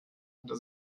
hinter